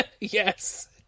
Yes